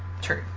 True